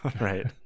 Right